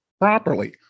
properly